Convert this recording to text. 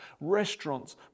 restaurants